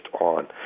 on